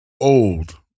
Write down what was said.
old